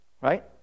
Right